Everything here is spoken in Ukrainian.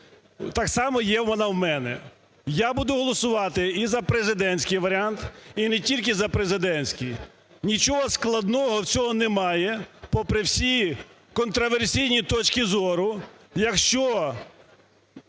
так само, є вона в мене. Я буду голосувати і за президентський варіант, і не тільки за президентський. Нічого складного в цьому немає, попри всі контреверсійні точки зору,